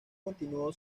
continuó